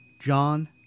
John